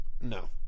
No